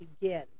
begin